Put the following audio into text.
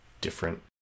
different